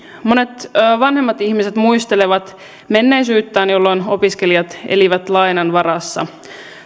monet vanhemmat ihmiset muistelevat menneisyyttään jolloin opiskelijat elivät lainan varassa